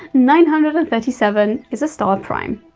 nine hundred and thirty seven is a star prime!